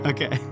Okay